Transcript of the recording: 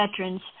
veterans